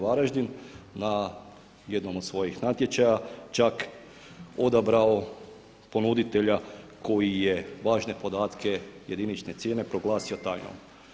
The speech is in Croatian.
Varaždin na jednom od svojih natječaja čak odabrao ponuditelja koji je važne podatke, jedinične cijene proglasio tajnom.